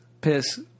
Piss